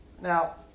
Now